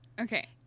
Okay